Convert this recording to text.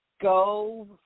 Go